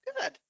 Good